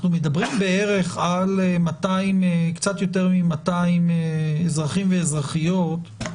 על קצת יותר מ-200 אזרחים ואזרחיות,